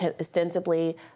ostensibly